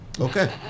Okay